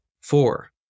four